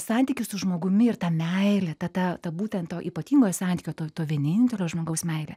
santykis su žmogumi ir ta meilė ta ta ta būtent to ypatingo santykio to to vienintelio žmogaus meilė